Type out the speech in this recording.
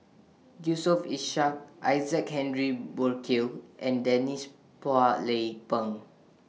Yusof Ishak Isaac Henry Burkill and Denise Phua Lay Peng